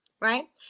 right